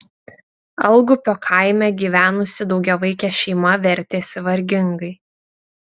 algupio kaime gyvenusi daugiavaikė šeima vertėsi vargingai